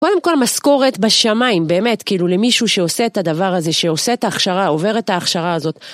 קודם כל משכורת בשמיים, באמת, כאילו למישהו שעושה את הדבר הזה, שעושה את ההכשרה, עובר את ההכשרה הזאת.